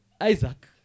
Isaac